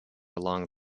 along